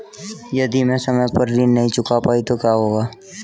यदि मैं समय पर ऋण नहीं चुका पाई तो क्या होगा?